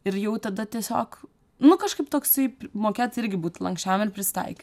ir jau tada tiesiog nu kažkaip toksai mokėt irgi būt lanksčiam ir prisitaikyt